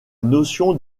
notion